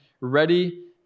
ready